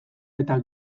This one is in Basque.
eta